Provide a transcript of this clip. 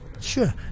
Sure